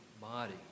body